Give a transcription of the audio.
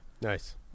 nice